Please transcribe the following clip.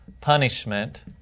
punishment